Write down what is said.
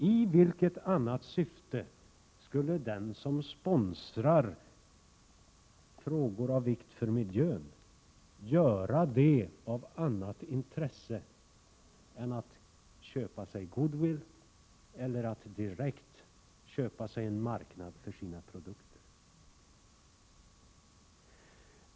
I vilket annat syfte än att köpa sig goodwill eller att direkt köpa sig en marknad för sina produkter skulle den som sponsrar frågor av vikt för miljön göra det?